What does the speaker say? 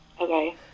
Okay